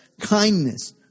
kindness